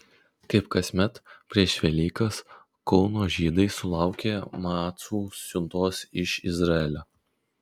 kaip kasmet prieš velykas kauno žydai sulaukė macų siuntos iš izraelio